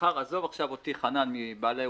עזוב עכשיו אותי כבעל אולם.